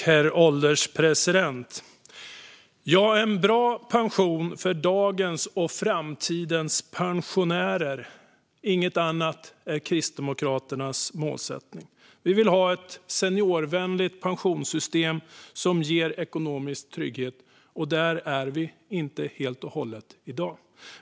Herr ålderspresident! En bra pension för dagens och framtidens pensionärer är Kristdemokraternas målsättning. Vi vill ha ett seniorvänligt pensionssystem som ger ekonomisk trygghet, och där är vi inte helt och hållet i dag.